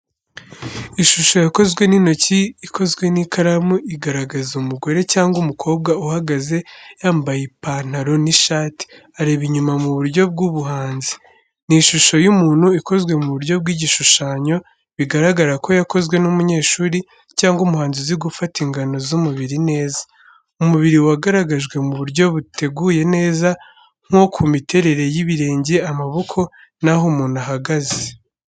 Ishusho yakozwe n’intoki, ikozwe n’ikaramu, igaragaza umugore cyangwa umukobwa uhagaze, yambaye ipantaro n'ishati, areba inyuma mu buryo bw'ubuhanzi. Ni ishusho y'umuntu, ikozwe mu buryo bw’igishushanyo, bigaragara ko yakozwe n’umunyeshuri, cyangwa umuhanzi uzi gufata ingano z’umubiri neza. Umubiri wagaragajwe mu buryo buteguye neza, nko ku miterere y’ibirenge, amaboko, n’aho umuntu ahagaze.